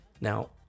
Now